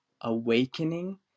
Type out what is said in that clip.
awakening